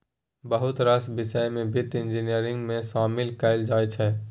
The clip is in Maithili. बहुत रास बिषय केँ बित्त इंजीनियरिंग मे शामिल कएल जाइ छै